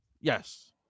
Yes